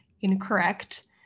incorrect